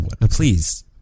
Please